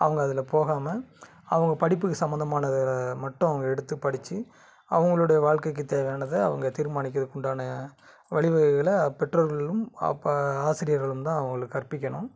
அவங்க அதில் போகாமல் அவங்க படிப்புக்கு சம்மந்தமானதோட மட்டும் அவங்க எடுத்து படித்து அவங்களுடைய வாழ்கைக்கி தேவையானதை அவங்க தீர்மானிக்கிறதுக்குண்டான வழி வகைகளை அப்பெற்றோர்களும் அப்போ ஆசிரியர்களும்தான் அவங்களுக்கு கற்பிக்கணும்